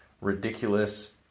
ridiculous